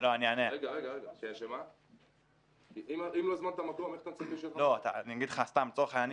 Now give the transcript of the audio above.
אם לא הזמנת לו מקום איך אתה מצפה --- אני אגיד לך סתם לצורך העניין,